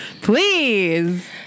please